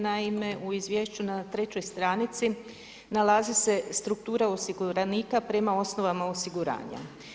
Naime, u izvješću na trećoj stranici nalazi se struktura osiguranika prema osnovama osiguranja.